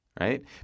right